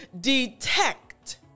detect